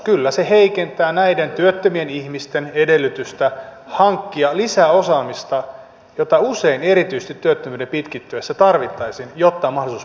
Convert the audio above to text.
kyllä se heikentää näiden työttömien ihmisten edellytystä hankkia lisäosaamista jota usein erityisesti työttömyyden pitkittyessä tarvittaisiin jotta on mahdollisuus päästä työmarkkinoille